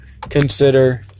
Consider